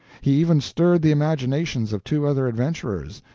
he even stirred the imaginations of two other adventurers,